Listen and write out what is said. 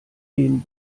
den